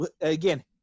Again